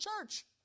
church